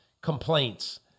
complaints